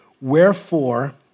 Wherefore